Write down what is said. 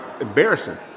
embarrassing